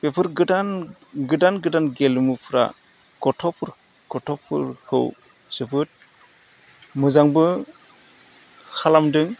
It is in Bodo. बेफोर गोदान गोदान गोदान गेलेमुफोरा गथ'फोर गथ'फोरखौ जोबोद मोजांबो खालामदों